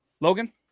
Logan